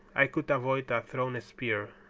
i could avoid a thrown spear,